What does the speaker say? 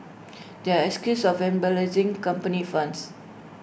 they are accused of company funds